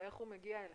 איך הוא מגיע אליכם.